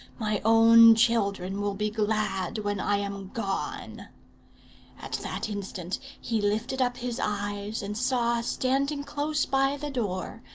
my own children will be glad when i am gone at that instant he lifted up his eyes and saw, standing close by the door,